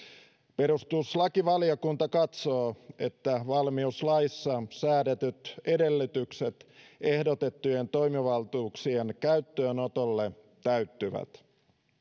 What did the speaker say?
perustuslakivaliokunta katsoo että valmiuslaissa säädetyt edellytykset ehdotettujen toimivaltuuksien käyttöönotolle täyttyvät